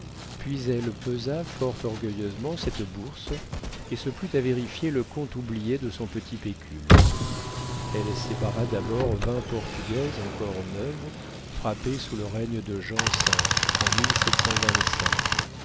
puis elle pesa fort orgueilleusement cette bourse et se plut à vérifier le compte oublié de son petit pécule elle sépara d'abord vingt portugaises encore neuves frappées sous le règne de jean v en